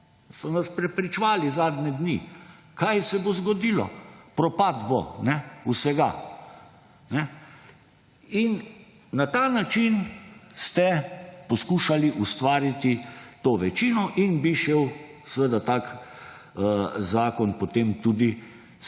So vas preprečevali zadnje dni kaj se bo zgodilo, propad bo vsega. In na ta način ste poskušali ustvariti to večino in bi šel seveda tak zakon potem tudi